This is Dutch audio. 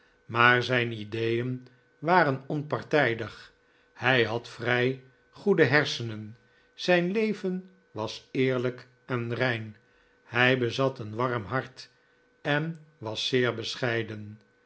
maar zijn ideeen waren onpartijdig hij had vrij goede hersenen zijn leven was eerlijk en rein hij bezat een warm hart en was zeer bescheiden